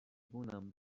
بونم